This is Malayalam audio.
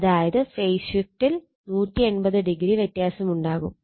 അതായത് ഫേസ് ഷിഫ്റ്റിൽ 180 ഡിഗ്രി വ്യത്യാസമുണ്ടാകും